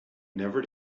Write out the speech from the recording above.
never